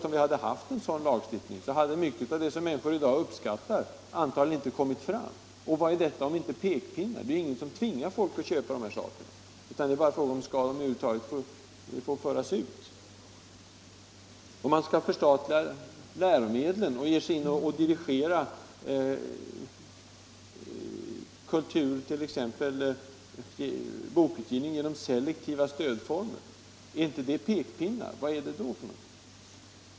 Om vi hade haft en sådan lagstiftning tror jag att mycket av det som människor uppskattar inte hade kommit fram. Vad är det om inte pekpinnar? Det är ingenting som tvingar folk att köpa dessa prylar, utan frågan gäller om de över huvud taget skall få föras ut i marknaden. Om man förstatligar produktionen av läromedlen och dirigerar t.ex. bokutgivning genom selektiva stödformer, är inte det pekpinnar?